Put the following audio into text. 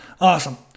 Awesome